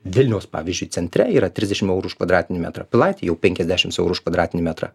vilniaus pavyzdžiui centre yra trisdešimt eurų už kvadratinį metrą pilaitėj jau penkiasdešimt eurų už kvadratinį metrą